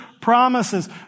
promises